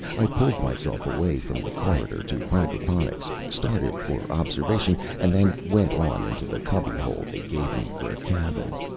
i pulled myself away from the corridor to hydroponics, started for observation, and then went on into the cubbyhole they gave me for a cabin.